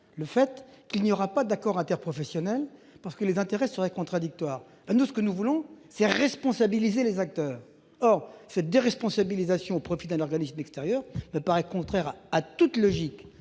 avance qu'il n'y aura pas d'accord interprofessionnel parce que les intérêts seraient contradictoires ! Ce que nous voulons, c'est responsabiliser les acteurs. Or cette déresponsabilisation au profit d'un organisme extérieur me paraît contraire à toute logique